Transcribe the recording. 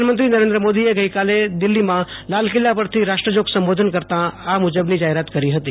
પ્રધાનમંત્રી નરેન્દ્ર મોદીએ ગઇકાલે દિલ્ફીમાં લાલ કિલ્લા પરથી રાષ્ટ્રજોગ સંબોધન કરતા આ જાહેરાત કરી હતી